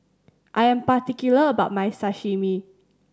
I am particular about my Sashimi